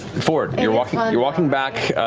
fjord, you're walking you're walking back,